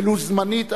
ולו זמנית,